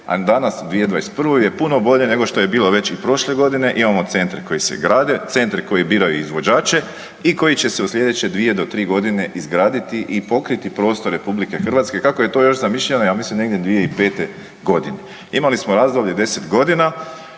a danas u 2021. Je puno bolje nego što je bilo već i prošle godine. Imamo centre koji se grade, centre koji biraju izvođače i koji će se u slijedeće 2-3 godine izgraditi i pokriti prostor RH kako je to još zamišljeno ja mislim negdje 2005. godine. Imali smo razdoblje 10 godina